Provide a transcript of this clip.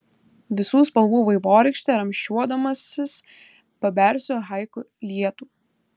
visų spalvų vaivorykšte ramsčiuodamasis pabersiu haiku lietų